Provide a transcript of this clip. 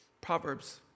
Proverbs